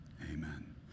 Amen